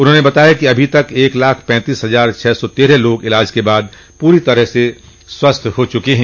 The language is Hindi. उन्होंने बताया कि अभी तक एक लाख पैतीस हजार छः सौ तेरह लोग इलाज के बाद पूरी तरह से स्वस्थ हो चुके हैं